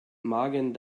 magen